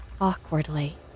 awkwardly